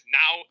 now